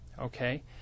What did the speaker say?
okay